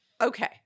Okay